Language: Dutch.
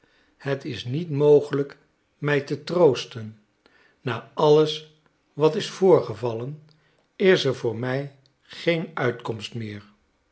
het is niet mogelijk mij te troosten na alles wat is voorgevallen is er voor mij geen uitkomst meer